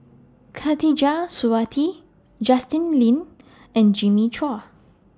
Khatijah Surattee Justin Lean and Jimmy Chua